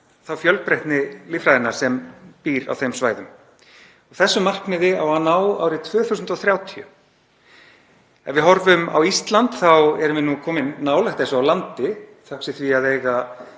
um fjölbreytni líffræðinnar á þeim svæðum. Þessu markmiði á að ná árið 2030. Ef við horfum á Ísland þá erum við komin nálægt þessu á landi, þökk sé því að eiga